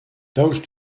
those